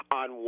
on